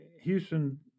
Houston